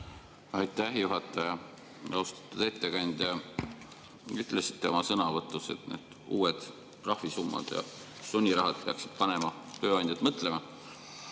Aitäh, juhataja! Austatud ettekandja! Ütlesite oma sõnavõtus, et need uued trahvisummad ja sunniraha peaksid panema tööandjaid mõtlema.